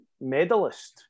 medalist